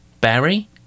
Barry